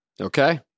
Okay